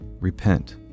Repent